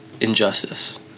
injustice